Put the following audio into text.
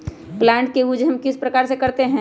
Plant का use हम किस प्रकार से करते हैं?